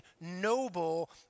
noble